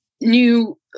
new